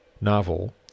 novel